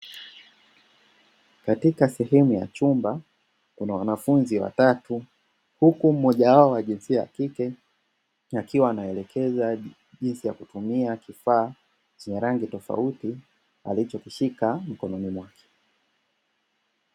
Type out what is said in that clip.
Katika sehemu ya chumba kuna wanafunzi watatu, huku mmoja wao wa jinsia ya kike akiwa anaelekeza jinsi ya kutumia kifaa cha rangi tofauti alichokishika.